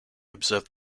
observed